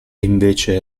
invece